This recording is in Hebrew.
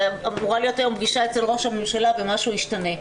ואמורה להיות היום פגישה אצל ראש הממשלה ואני מקווה שמשהו ישתנה.